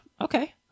Okay